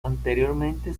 anteriormente